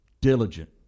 Diligent